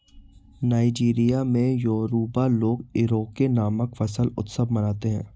Nigeria में Yoruba लोग Ikore नामक फसल उत्सव मनाते हैं